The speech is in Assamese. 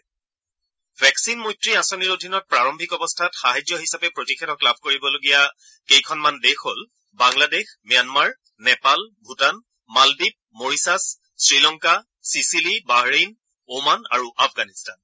ভেকচিন মৈত্ৰী আঁচনিৰ অধীনত প্ৰাৰাম্ভিক অৱস্থাত সাহায্য হিচাপে প্ৰতিষেধক লাভ কৰিবলগীয়া কেইখনমান দেশ হ'ল বাংলাদেশ ম্যানমাৰ নেপাল ভূটান মালদ্বীপ Mauritius Sri Lanka Seychelles Bahrain Oman আৰু আফগানিস্তান